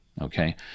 Okay